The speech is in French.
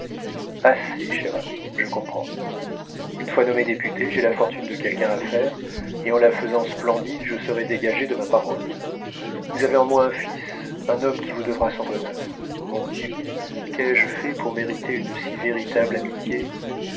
assez cher abbé je comprends une fois nommé député j'ai la fortune de quelqu'un à faire et en la faisant splendide je serai dégagé de ma parole vous avez en moi un fils un homme qui vous devra son bonheur mon dieu qu'ai-je fait pour mériter une si véritable amitié